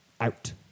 out